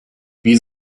wie